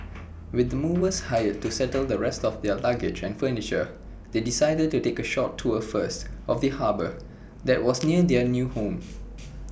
with the movers hired to settle the rest of their luggage and furniture they decided to take A short tour first of the harbour that was near their new home